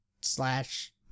slash